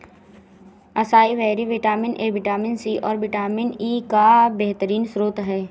acai berry vitamin A, vitamin C, और vitamin E का बेहतरीन स्त्रोत है